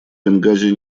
бенгази